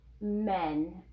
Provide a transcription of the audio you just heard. men